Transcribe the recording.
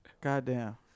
Goddamn